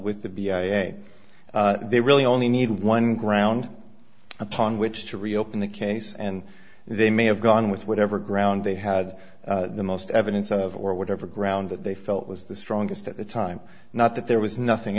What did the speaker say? with the b o h they really only need one ground upon which to reopen the case and they may have gone with whatever ground they had the most evidence of or whatever ground that they felt was the strongest at the time not that there was nothing